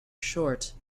short